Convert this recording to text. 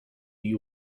you